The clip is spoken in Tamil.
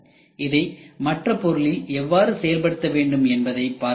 இதை மற்ற பொருளில் எவ்வாறு செயல்படுத்த வேண்டும் என்பதை பார்க்க வேண்டும்